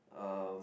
um